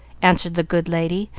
answered the good lady,